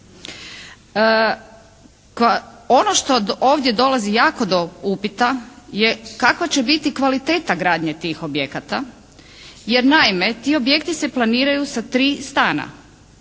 Ono što ovdje dolazi jako do upita je kakva će biti kvaliteta gradnje tih objekata? Jer naime, ti objekti se planiraju sa tri stana.